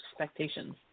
expectations